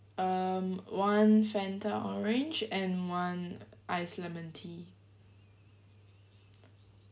um one Fanta orange and one ice lemon tea